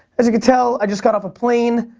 as you could tell, i just got off a plane.